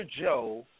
Joe